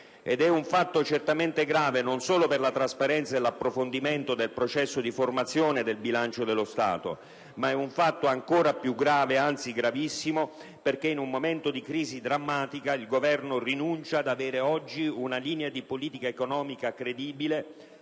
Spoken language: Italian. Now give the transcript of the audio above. È un fatto certamente grave, non solo per la trasparenza e l'approfondimento del processo di formazione del bilancio dello Stato, ma anche perché - ed è un fatto ancora più grave, anzi gravissimo - in un momento di crisi drammatica il Governo rinuncia ad avere oggi una linea di politica economica credibile,